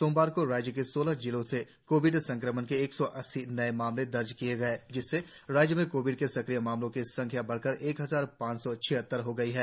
सोमवार को राज्य के सोलह जिलों से कोविड संक्रमण के एक सौ अस्सी नए मामले दर्ज किए गए जिससे राज्य में कोविड के सक्रिय मामलों की संख्या बढ़कर एक हजार पांच सौ छिहत्तर हो गई है